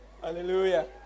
Hallelujah